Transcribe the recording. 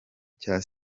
cya